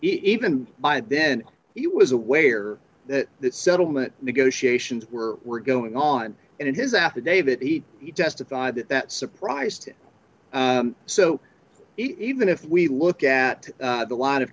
even by then he was aware that that settlement negotiations were were going on and in his affidavit each he testified that that surprised so even if we look at a lot of